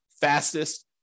fastest